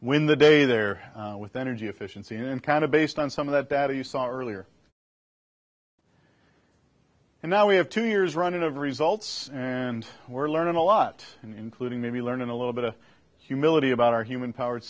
win the day there with energy efficiency and kind of based on some of that data you saw earlier and now we have two years running of results and we're learning a lot including maybe learning a little bit of humility about our human powered